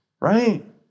Right